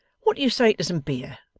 what do you say to some beer